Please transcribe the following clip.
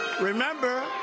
remember